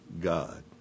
God